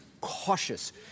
cautious